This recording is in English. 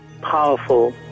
powerful